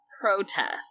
protest